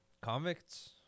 convicts